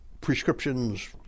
prescriptions